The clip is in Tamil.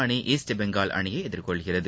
அணி ஈஸ்ட் பெங்கால் அணியை எதிர்கொள்கிறது